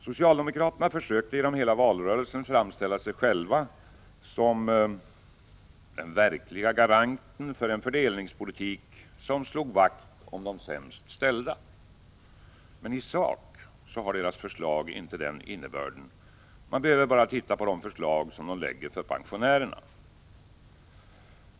Socialdemokraterna försökte genom hela valrörelsen framställa sig själva som den verkliga garanten för en fördelningspolitik som slog vakt om de sämst ställda. Men i sak har deras förslag inte den innebörden. Man behöver bara titta på de förslag som socialdemokraterna lägger fram när det gäller pensionärerna.